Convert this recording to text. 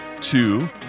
two